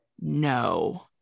No